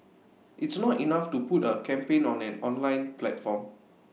it's not enough to put A campaign on an online platform